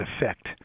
effect